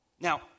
Now